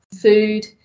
food